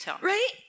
Right